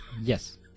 Yes